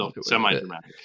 Semi-dramatic